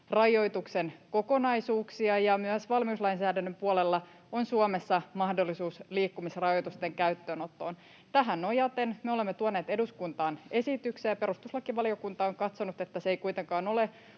rajoittamisen kokonaisuuksia, ja myös valmiuslainsäädännön puolella on Suomessa mahdollisuus liikkumisrajoitusten käyttöönottoon. Tähän nojaten me olemme tuoneet eduskuntaan esityksen, ja perustuslakivaliokunta on katsonut, että se ei kuitenkaan ole